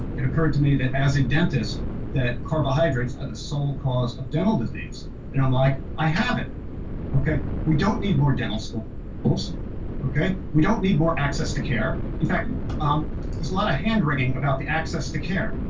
it occurred to me that as a dentist that carbohydrates are the sole cause of dental disease they don't like i have it okay we don't need more dental school rules okay we don't need more access to care in fact and um there's a lot of hand-wringing about the access to care.